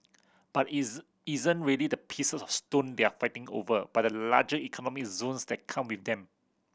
but is isn't really the pieces of stone they're fighting over but the larger economic zones that come with them